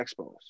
Expos